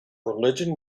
religion